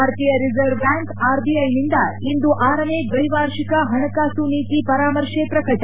ಭಾರತೀಯ reserve bank ಆರ್ಬಿಐನಿಂದ ಇಂದು ಆರನೇ ದೈವಾರ್ಷಿಕ ಹಣಕಾಸು ನೀತಿ ಪರಾಮರ್ಶೆ ಪ್ರಕಟ